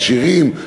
עשירים,